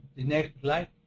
the next slide.